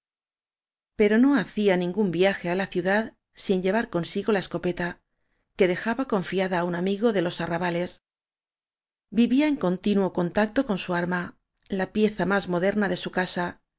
pero no hacía ningún viaje á la ciudad sin llevar consigo la escopeta que dejaba confia da á un animo o de los arrabales vivía en continuo contacto con su arma la pieza más mo derna de su casa